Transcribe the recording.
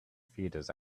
feeders